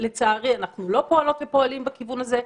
חשובות,